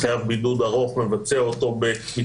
לכן רק מדינות שרמת התחלואה הנכנסת מהן בשבועיים האחרונים